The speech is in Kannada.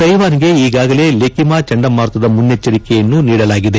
ತೈವಾನ್ಗೆ ಈಗಾಗಲೇ ಲೆಕಿಮಾ ಚಂಡಮಾರುತ ಮುನ್ನೆಚ್ಚರಿಕೆಯನ್ನು ನೀಡಲಾಗಿದೆ